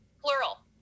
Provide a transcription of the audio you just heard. plural